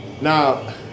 now